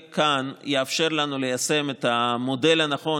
כאן יאפשר לנו ליישם את המודל הנכון,